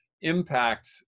impact